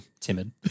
timid